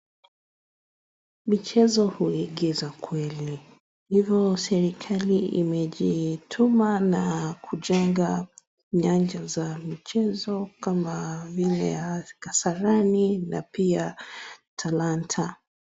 Michezo huegeza kweli. Hivyo serikali imejituma na kujenga nyanja za michezo kama vile ya Kasarani na pia Talanta.